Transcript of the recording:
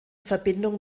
verbindung